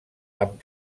amb